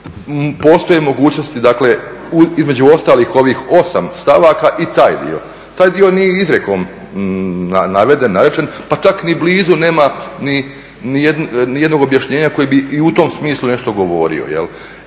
postoje mogućnosti, dakle između ostalih ovih 8 stavaka i taj dio. Taj dio nije izrijekom naveden, narečen, pa čak ni blizu nema ni jednog objašnjenja koji bi i u tom smislu nešto govorio. I